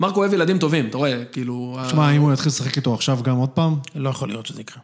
מרקו אוהב ילדים טובים, אתה רואה, כאילו... תשמע, אם הוא יתחיל לשחק איתו עכשיו גם עוד פעם... לא יכול להיות שזה יקרה.